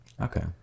okay